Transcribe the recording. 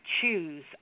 choose